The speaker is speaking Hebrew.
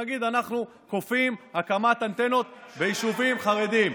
נגיד: אנחנו כופים הקמת אנטנות ביישובים חרדים.